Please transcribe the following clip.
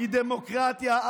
כי דמוקרטיה,